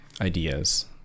ideas